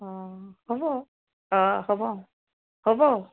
অঁ হ'ব অঁ হ'ব হ'ব